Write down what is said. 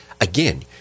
Again